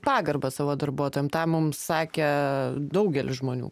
pagarbą savo darbuotojam tą mum sakė daugelis žmonių